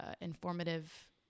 informative